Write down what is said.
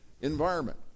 environment